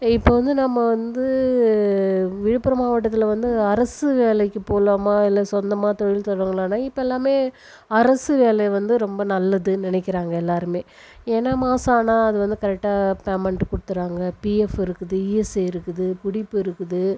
இப்போது வந்து நம்ம வந்து விழுப்புரம் மாவட்டத்தில் வந்து அரசு வேலைக்கு போகலாமா இல்லை சொந்தமாக தொழில் தொடங்களானா இப்போ எல்லாமே அரசு வேலை வந்து ரொம்ப நல்லதுன்னு நினைக்கிறாங்க எல்லாருமே ஏன்னால் மாதம் ஆனால் அது வந்து கரெக்டாக பேமென்ட் கொடுத்துடுறாங்க பிஎஃப் இருக்குது இஎஸ்ஐ இருக்குது பிடிப்பு இருக்குது